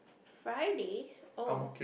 Friday oh